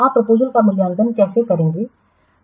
आप प्रपोजलसका मूल्यांकन कैसे करेंगे प्रोसेसक्या हैं